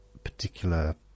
Particular